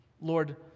Lord